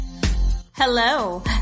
hello